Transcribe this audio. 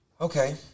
Okay